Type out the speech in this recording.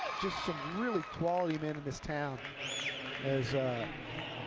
just some really quality men in this town as